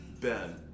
Ben